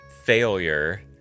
failure